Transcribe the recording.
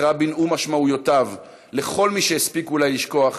רבין ומשמעויותיו לכל למי שהספיק אולי לשכוח,